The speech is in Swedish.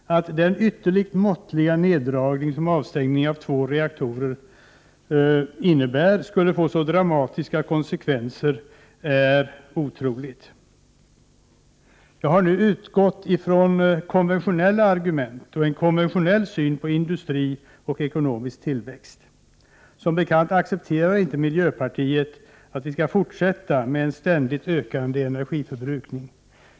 Att den ytterligt måttliga neddragning som avstängningen av två reaktorer innebär skulle få så dramatiska konsekvenser är inte troligt. Jag har nu utgått från helt konventionella argument och en konventionell syn på industri och ekonomisk tillväxt. Som bekant accepterar inte miljöpartiet att vi skall fortsätta med en ständigt ökande energiförbrukning.